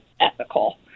ethical